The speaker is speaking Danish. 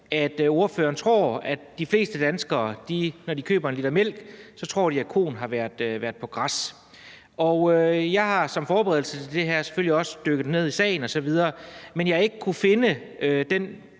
at ordføreren tror, at de fleste danskere, når de køber en liter mælk, tror, at koen har været på græs, og jeg har som forberedelse til det her forslag selvfølgelig også dykket ned i sagen osv., men jeg har ikke kunnet finde